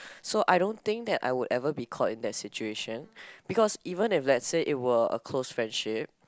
so I don't think that I would ever be caught in that situation because even if let's say it were a close friendship